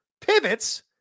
pivots